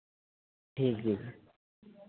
ठीक ठीक